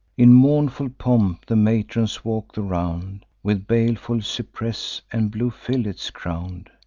in mournful pomp the matrons walk the round, with baleful cypress and blue fillets crown'd,